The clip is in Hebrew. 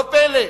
לא פלא,